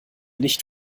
nicht